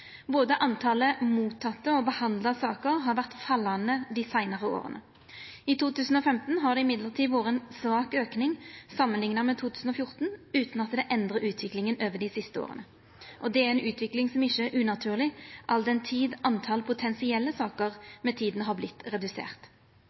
Både talet på mottekne og behandla saker har vore fallande dei seinare åra. I 2015 har det likevel vore ei svak auke samanlikna med 2014, utan at det endrar utviklinga over dei siste åra. Det er ei utvikling som ikkje er unaturleg all den tid talet på potensielle saker